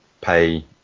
pay